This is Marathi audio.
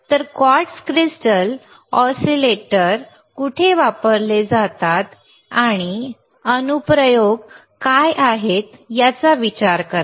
तर हे क्वार्ट्ज क्रिस्टल ऑसीलेटर कुठे वापरले जातात आणि अनुप्रयोग काय आहेत याचा विचार करा